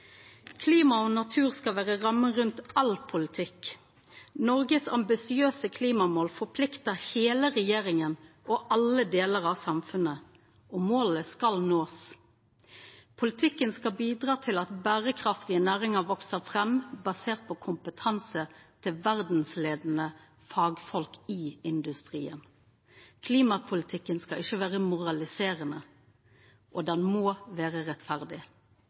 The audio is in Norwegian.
Klima og natur skal vera ramma rundt all politikk. Noregs ambisiøse klimamål forpliktar heile regjeringa og alle delar av samfunnet, og målet skal nåast. Politikken skal bidra til at berekraftige næringar veks fram basert på kompetansen til verdsleiande fagfolk i industrien. Klimapolitikken skal ikkje vera moraliserande, og han må vera rettferdig.